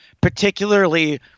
particularly